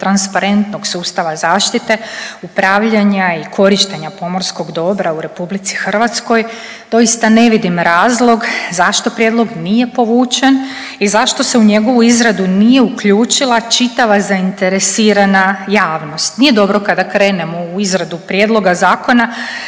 transparentnog sustava zaštite upravljanja i korištenja pomorskog dobra u Republici Hrvatskoj doista ne vidim razlog zašto prijedlog nije povučen i zašto se u njegovu izradu nije uključila čitava zainteresirana javnost. Nije dobro kada krenemo u izradu prijedloga zakona